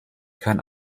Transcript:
kein